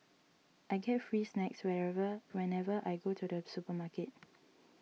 I get free snacks wherever whenever I go to the supermarket